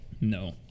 no